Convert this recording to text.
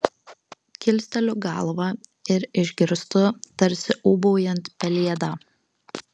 kilsteliu galvą ir išgirstu tarsi ūbaujant pelėdą